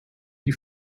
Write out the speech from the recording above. die